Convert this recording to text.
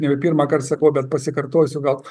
nebepirmąkart sakau bet pasikartosiu gal